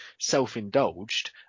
self-indulged